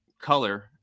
color